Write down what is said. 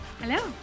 Hello